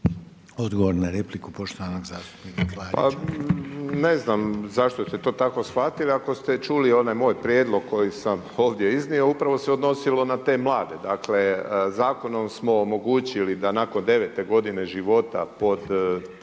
**Klarić, Tomislav (HDZ)** Ne znam zašto ste to tako shvatili, ako ste čuli onaj moj prijedlog koji sam ovdje iznio, upravo se odnosilo na te mlade. Dakle, zakonom smo omogućili da nakon 9 g. života pod